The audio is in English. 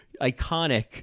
iconic